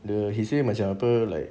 the he say macam apa like